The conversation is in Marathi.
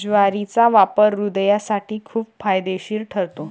ज्वारीचा वापर हृदयासाठी खूप फायदेशीर ठरतो